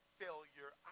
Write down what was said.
failure